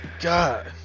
god